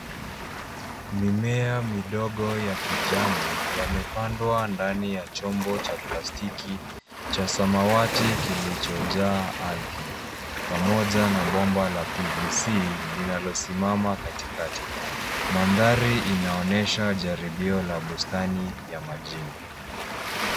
Mimea midogo ya kijani yamepandwa ndani ya chombo ya plasiti cha samwati kilichojaa Algae pamoja na bomba la PVC linalosimama katikati. Mandhari inaonyesha jaribio la bustani ya majini.